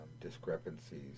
discrepancies